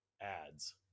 ads